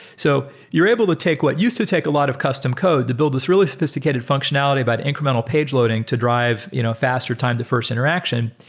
so you're able to take what used to take a lot of custom code to build this really sophisticated functionality about incremental page loading to drive you know faster time defers interaction.